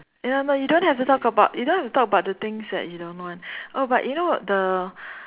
ya I know you don't have to talk about you don't have to talk about the things that you don't want oh but you know the